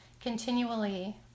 continually